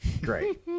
Great